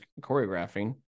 choreographing